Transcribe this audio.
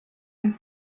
and